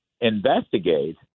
investigate